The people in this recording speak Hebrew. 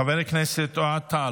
חבר הכנסת אוהד טל,